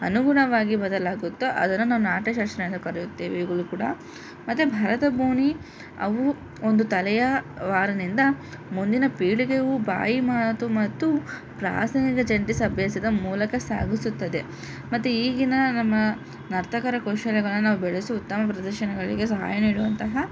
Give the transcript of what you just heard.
ಅನುಗುಣವಾಗಿ ಬದಲಾಗುತ್ತೋ ಅದನ್ನು ನಾವು ನಾಟ್ಯಶಾಸ್ತ್ರ ಎಂದು ಕರೆಯುತ್ತೇವೆ ಈಗಲೂ ಕೂಡ ಮತ್ತು ಭರತ ಅವು ಒಂದು ತಲೆಯ ಮಾರಿನಿಂದ ಮುಂದಿನ ಪೀಳಿಗೆಯು ಬಾಯಿಮಾತು ಮತ್ತು ಮೂಲಕ ಸಾಗಿಸುತ್ತದೆ ಮತ್ತು ಈಗಿನ ನಮ್ಮ ನರ್ತಕರ ಕೌಶಲ್ಯಗಳನ್ನು ಬೆಳೆಸಿ ಉತ್ತಮ ಪ್ರದರ್ಶನಗಳಿಗೆ ಸಹಾಯ ನೀಡುವಂತಹ